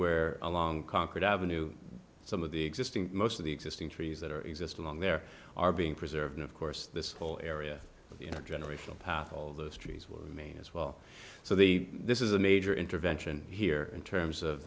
where along concord avenue some of the existing most of the existing trees that are exist along there are being preserved of course this whole area you know generational path all those trees will remain as well so the this is a major intervention here in terms of